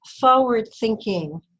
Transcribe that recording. forward-thinking